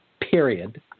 Period